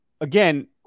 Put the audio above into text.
again